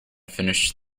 finished